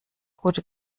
gute